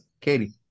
katie